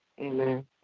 Amen